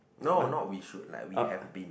no not we should like we have been